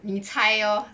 你猜 lor